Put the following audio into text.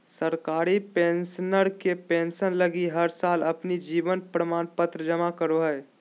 सरकारी पेंशनर के पेंसन लगी हर साल अपन जीवन प्रमाण पत्र जमा करो हइ